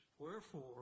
Wherefore